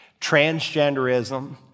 transgenderism